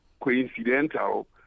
coincidental